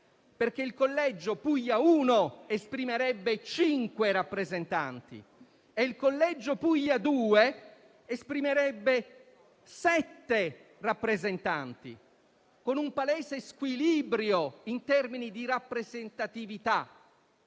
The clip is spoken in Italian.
perché il collegio Puglia 01 esprimerebbe cinque rappresentanti e il collegio Puglia 02 sette rappresentanti, con un palese squilibrio in termini di rappresentatività: